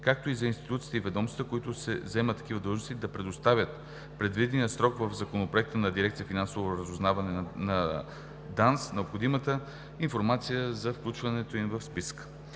както и за институциите и ведомствата, при които се заемат такива длъжности, да предоставят в предвидения срок в Законопроекта на дирекция „Финансово разузнаване“ на ДАНС необходимата информация за включването им в списъка.